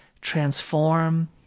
transform